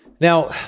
Now